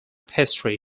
pastry